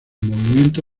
movimiento